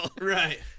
Right